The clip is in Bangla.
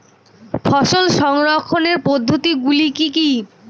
ফসল সংরক্ষণের পদ্ধতিগুলি কি কি?